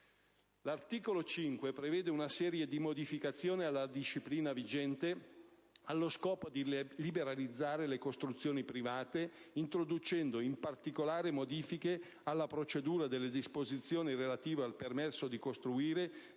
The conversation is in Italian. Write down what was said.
L'articolo 5 prevede una serie di modificazioni alla disciplina vigente, allo scopo di liberalizzare le costruzioni private, introducendo, in particolare, modifiche alle procedure delle disposizioni relative al permesso di costruire